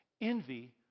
Envy